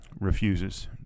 Refuses